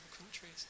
countries